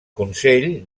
consell